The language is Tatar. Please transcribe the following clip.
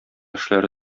эшләре